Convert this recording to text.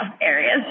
areas